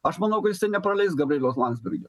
aš manau kad jis nepraleis gabrieliaus landsbergio